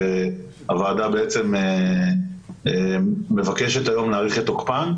שהוועדה בעצם מבקשת היום להאריך את תוקפן,